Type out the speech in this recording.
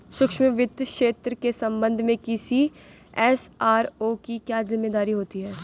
सूक्ष्म वित्त क्षेत्र के संबंध में किसी एस.आर.ओ की क्या जिम्मेदारी होती है?